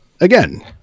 again